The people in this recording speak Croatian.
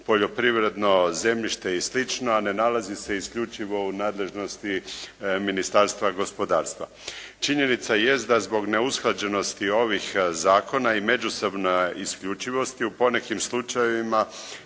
poljoprivredno zemljište i slično, a ne nalazi se isključivo u nadležnosti Ministarstva gospodarstva. Činjenica jest da zbog ne usklađenosti ovih zakona i međusobnih isključivosti u ponekim slučajevima